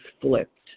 flipped